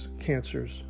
cancers